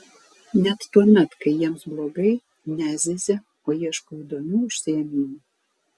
net tuomet kai jiems blogai nezyzia o ieško įdomių užsiėmimų